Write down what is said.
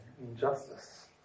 injustice